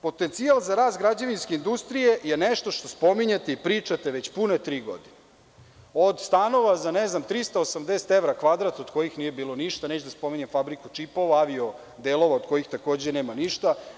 Potencijal za rast građevinske industrije je nešto što spominjete i pričate već pune tri godine, od stanova za, ne znam, 380 evra kvadrat od kojih nije bilo ništa, neću da spominjem Fabriku čipova, avio delova, od kojih takođe nema ništa.